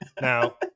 Now